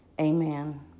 Amen